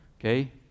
Okay